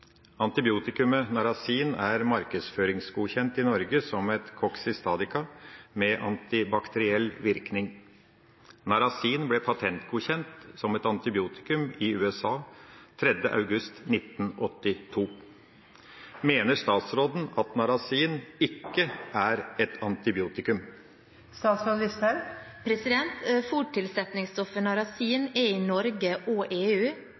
Antibiotikumet narasin er markedsføringsgodkjent i Norge som et koksidiostatika med antibakteriell virkning. Narasin ble patentgodkjent som et antibiotikum i USA 3. august 1982. Mener statsråden at narasin ikke er et antibiotikum?» Fôrtilsetningsstoffet narasin er i Norge og EU